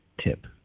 Tip